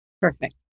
Perfect